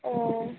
ও